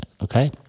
okay